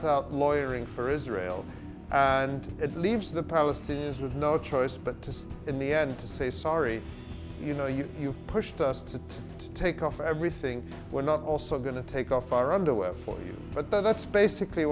flat out lawyer ing for israel and it leaves the palestinians with no choice but to sit in the end to say sorry you know you've pushed us to take off everything we're not also going to take off our underwear for you but that's basically